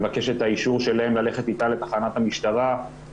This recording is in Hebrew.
נתפס מטריד מינית ונשפט לתשעה חודשי